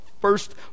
first